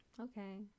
Okay